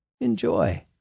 Enjoy